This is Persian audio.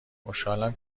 خوشحالم